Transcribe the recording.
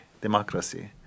democracy